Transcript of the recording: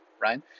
right